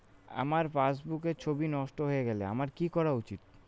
আমার পাসবুকের ছবি নষ্ট হয়ে গেলে আমার কী করা উচিৎ?